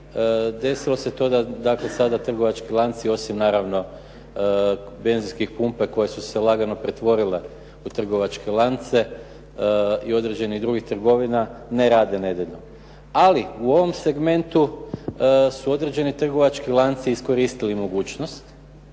dakle sada trgovački lanci osim naravno benzinske pumpe koje su se lagano pretvorile u trgovačke lance i određenih drugih trgovina ne rade nedjeljom. Ali u ovom segmentu su određeni trgovački lanci iskoristili mogućnost